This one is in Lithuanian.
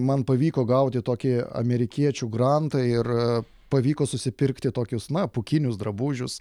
man pavyko gauti tokį amerikiečių grantą ir pavyko susipirkti tokius na pūkinius drabužius